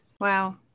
Wow